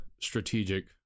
strategic